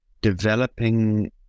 developing